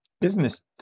business